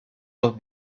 los